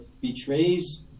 betrays